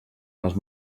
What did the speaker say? les